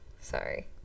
Sorry